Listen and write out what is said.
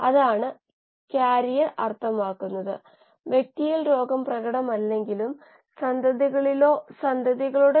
അതിന്റെ ചില വശങ്ങൾ നമ്മൾ പരിശോധിക്കും